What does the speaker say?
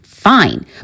fine